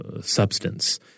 substance